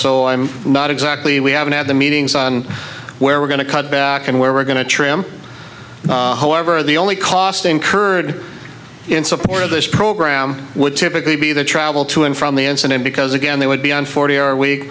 so i'm not exactly we haven't had the meetings on where we're going to cut back and where we're going to trim however the only cost incurred in support of this program would typically be the travel to and from the incident because again they would be on forty hour week